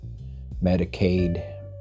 Medicaid